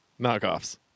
Knockoffs